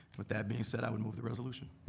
with that being said, i would move the resolution.